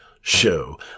show